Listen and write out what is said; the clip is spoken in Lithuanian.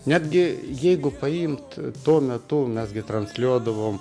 netgi jeigu paimt tuo metu mes gi transliuodavom